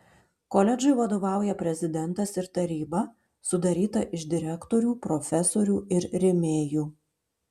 koledžui vadovauja prezidentas ir taryba sudaryta iš direktorių profesorių ir rėmėjų